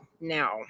now